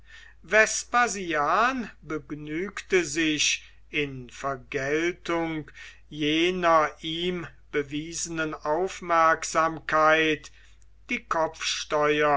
vespasian begnügte sich in vergeltung jener ihm bewiesenen aufmerksamkeit die